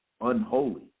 unholy